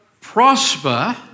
prosper